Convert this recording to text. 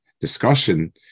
discussion